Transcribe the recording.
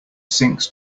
sinks